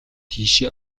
тийшээ